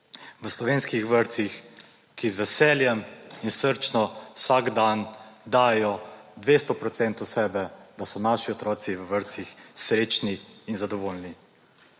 v slovenskih vrtcih, ki z veseljem in srčno vsak dan dajejo 200 % sebe, da so naši otroci v vrtcih srečni in zadovoljni.